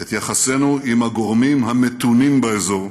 את יחסינו עם הגורמים המתונים באזור,